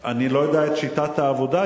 אני לא יודע את שיטת העבודה.